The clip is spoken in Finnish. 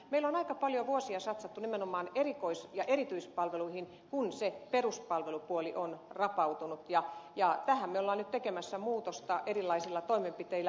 meillä on aika paljon vuosia satsattu nimenomaan erikois ja erityispalveluihin kun se peruspalvelupuoli on rapautunut ja tähän ollaan nyt tekemässä muutosta erilaisilla toimenpiteillä